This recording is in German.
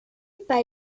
bei